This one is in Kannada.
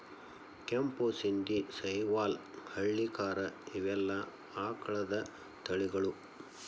ಕೆಂಪು ಶಿಂದಿ, ಸಹಿವಾಲ್ ಹಳ್ಳಿಕಾರ ಇವೆಲ್ಲಾ ಆಕಳದ ತಳಿಗಳು